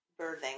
birthing